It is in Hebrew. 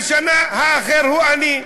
והשנה "האחר הוא אני".